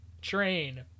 train